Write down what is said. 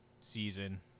season